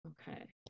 okay